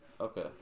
Okay